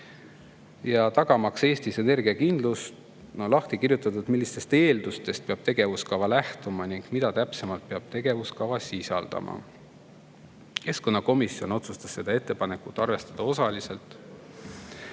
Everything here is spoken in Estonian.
Tagamaks Eestis energiakindlus, on lahti kirjutatud, millistest eeldustest peab tegevuskava lähtuma ning mida täpsemalt peab tegevuskava sisaldama. Keskkonnakomisjon otsustas seda ettepanekut arvestada osaliselt.